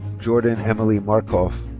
jordyn emily markhoff.